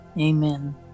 Amen